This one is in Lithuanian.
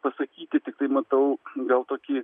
pasakyti tiktai matau gal tokį